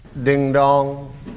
Ding-dong